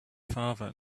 father